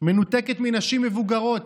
מנותקת מנשים מבוגרות,